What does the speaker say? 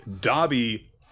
Dobby